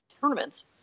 tournaments